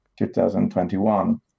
2021